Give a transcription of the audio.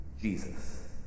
Jesus